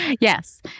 Yes